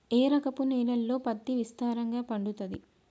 ఏ రకపు నేలల్లో పత్తి విస్తారంగా పండుతది?